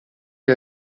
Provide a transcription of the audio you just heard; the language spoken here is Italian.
che